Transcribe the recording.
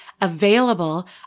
available